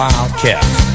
Wildcats